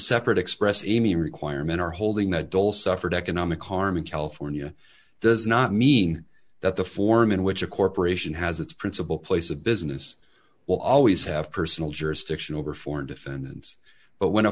separate express any requirement or holding that goal suffered economic harm in california does not mean that the form in which a corporation has its principal place of business will always have personal jurisdiction over foreign defendants but when a